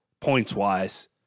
points-wise